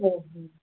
ओ